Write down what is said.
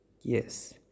yes